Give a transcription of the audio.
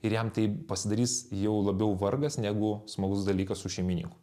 ir jam tai pasidarys jau labiau vargas negu smagus dalykas su šeimininku